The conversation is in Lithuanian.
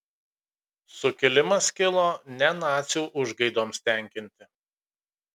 sukilimas kilo ne nacių užgaidoms tenkinti